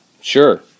sure